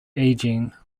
aging